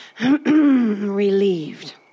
relieved